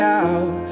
out